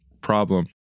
problem